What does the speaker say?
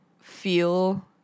feel